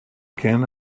can